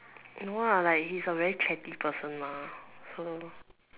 no ah like he's a very chatty person lah so